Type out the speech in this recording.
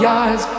eyes